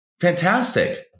Fantastic